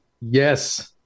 Yes